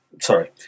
sorry